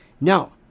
No